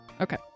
Okay